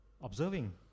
Observing